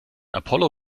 apollo